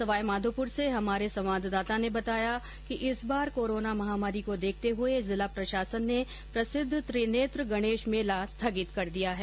सवाई माधोपुर से हमारे संवाददाता ने बताया कि इस बार कोरोना महामारी को देखते हुए जिला प्रशासन ने प्रसिद्ध ंत्रिनेत्र गणेश मेला स्थगित कर दिया है